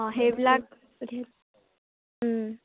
অঁ সেইবিলাক পঠিয়াই